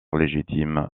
légitime